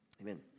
Amen